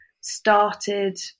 started